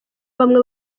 bamwe